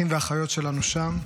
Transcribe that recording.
אחים ואחיות שלנו שם,